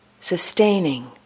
sustaining